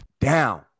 down